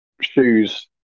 shoes